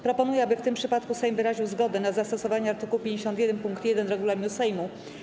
Proponuję, aby w tym przypadku Sejm wyraził zgodę na zastosowanie art. 51 pkt 1 regulaminu Sejmu.